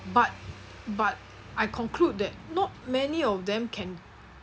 but but I conclude that not many of them can